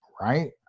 Right